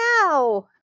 now